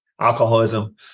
alcoholism